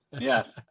Yes